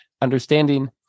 understanding